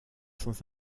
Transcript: sans